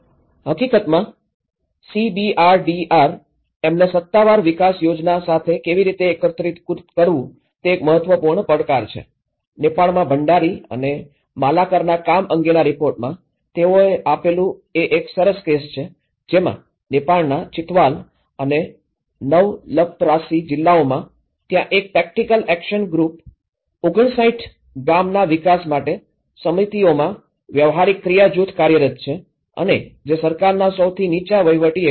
હકીકતમાં સીબીઆરડીઆર એમને સત્તાવાર વિકાસ યોજના સાથે કેવી રીતે એકીકૃત કરવું તે એક મહત્વપૂર્ણ પડકાર છે નેપાળમાં ભંડારી અને માલાકરના કામ અંગેના રિપોર્ટમાં તેઓએ આપેલું આ એક સરસ કેસ છે જેમાં નેપાળના ચિતવાલ અને નવલપરાસી જિલ્લાઓમાં ત્યાં એક પ્રેક્ટિકલ એક્સન ગ્રુપ ૫૯ ગામ ના વિકાસ માટે સમિતિઓમાં વ્યવહારિક ક્રિયા જૂથ કાર્યરત છે અને જે સરકારના સૌથી નીચા વહીવટી એકમો છે